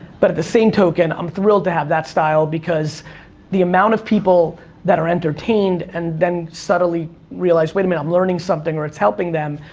but at the same token, i'm thrilled to have that style, because the amount of people that are entertained, and then subtly realize, wait a minute, i'm learning something, or it's helping them,